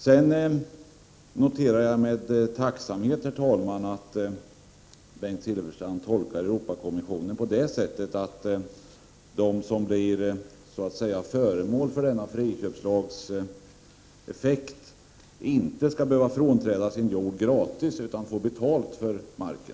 Sedan noterar jag med tacksamhet, herr talman, att Bengt Silfverstrand tolkar Europakonventionen på det sättet att de som blir så att säga föremål för denna friköpslags effekt inte skall behöva frånträda sin jord gratis, utan får betalt för marken.